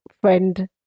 friend